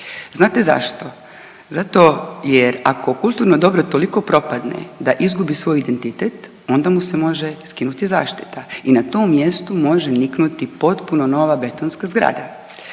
Znate zašto? Zato jer ako kulturno dobro toliko propadne da izgubi svoj identitet, onda mu se može skinuti zaštita i na tom mjestu može niknuti potpuno nova betonska zgrada